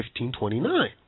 1529